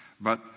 but